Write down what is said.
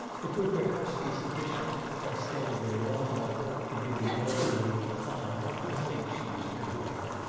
it would perhaps be sufficient if i stayed away long enough to give the elder lady time to think she was rid of me.